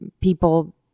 people